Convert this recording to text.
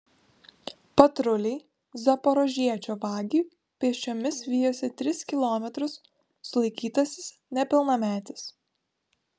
patruliai zaporožiečio vagį pėsčiomis vijosi tris kilometrus sulaikytasis nepilnametis